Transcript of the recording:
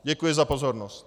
Děkuji za pozornost.